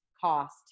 cost